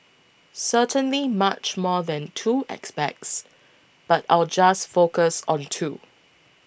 certainly much more than two aspects but I'll just focus on two